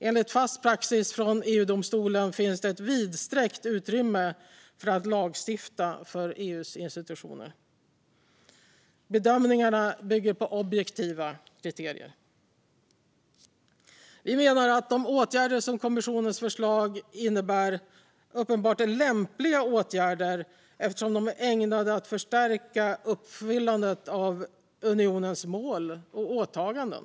Enligt fast praxis från EU-domstolen finns det ett vidsträckt utrymme för att lagstifta för EU:s institutioner. Bedömningarna bygger på objektiva kriterier. Vi menar att de åtgärder som kommissionens förslag innebär uppenbart är lämpliga åtgärder, eftersom de är ägnade att förstärka uppfyllandet av unionens mål och åtaganden.